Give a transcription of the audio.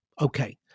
Okay